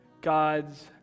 God's